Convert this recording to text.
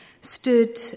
stood